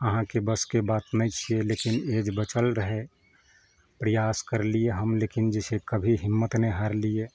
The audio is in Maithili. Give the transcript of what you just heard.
अहाँके बसके बात नहि छियै लेकिन एज बचल रहए प्रयास करलियै हम लेकिन जे छै कभी हिम्मत नहि हारलियै